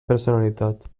personalitat